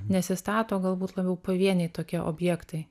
nesistato galbūt labiau pavieniai tokie objektai